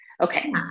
Okay